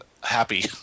happy